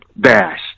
dash